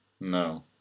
No